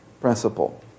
principle